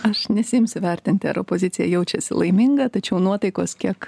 aš nesiimsiu vertinti ar opozicija jaučiasi laiminga tačiau nuotaikos kiek